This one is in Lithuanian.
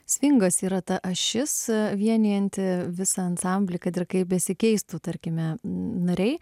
svingas yra ta ašis vienijanti visą ansamblį kad ir kaip besikeistų tarkime nariai